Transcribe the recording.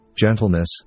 gentleness